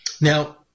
Now